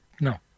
no